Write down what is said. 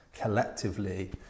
collectively